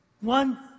one